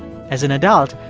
as an adult,